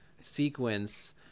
sequence